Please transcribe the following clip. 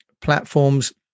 platforms